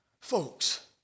Folks